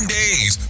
days